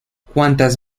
cuantas